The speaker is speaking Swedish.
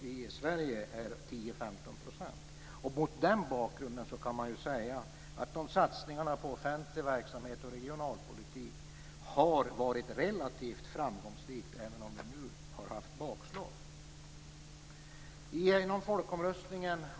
I Sverige är motsvarande skillnad 10 Mot den bakgrunden kan man säga att satsningarna på offentlig verksamhet och regionalpolitik har varit relativt framgångsrika, även om det nu har förekommit bakslag.